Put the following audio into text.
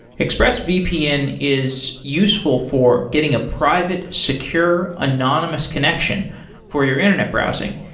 expressvpn is useful for getting a private, secure, anonymous connection for your internet browsing.